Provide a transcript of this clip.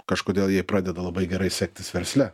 kažkodėl jai pradeda labai gerai sektis versle